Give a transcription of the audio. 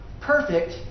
perfect